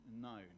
known